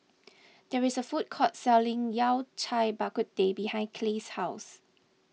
there is a food court selling Yao Cai Bak Kut Teh behind Clay's house